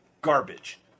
garbage